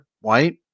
White